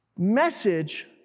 message